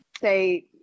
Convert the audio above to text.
say